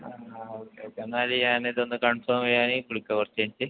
ആ okay okay എന്നാല് ഞാൻ ഇതൊന്ന് കൺഫേം ചെയ്യാന് വിളിക്കാം കുറച്ച് കഴിഞ്ഞിട്ട്